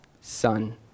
Son